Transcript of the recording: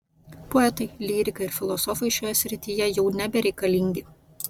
poetai lyrikai ir filosofai šioje srityje jau nebereikalingi